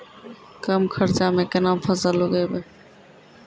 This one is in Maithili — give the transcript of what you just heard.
कम खर्चा म केना फसल उगैबै?